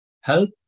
Help